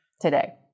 today